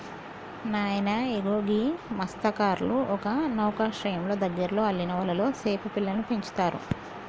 నాయన ఇగో గీ మస్త్యకారులు ఒక నౌకశ్రయంలో దగ్గరలో అల్లిన వలలో సేప పిల్లలను పెంచుతారు